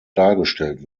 dargestellt